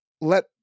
let